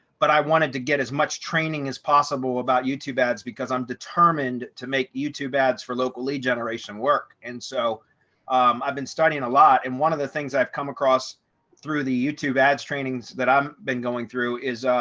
but i wanted to get as much training as possible about youtube ads because i'm determined to make youtube ads for local lead generation work. and so um i've been studying a lot and one of the things i've come across through the youtube ads trainings that i've been going through is,